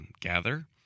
gather